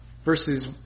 verses